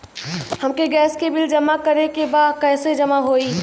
हमके गैस के बिल जमा करे के बा कैसे जमा होई?